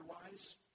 otherwise